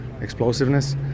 explosiveness